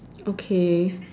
okay